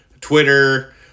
Twitter